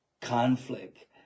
conflict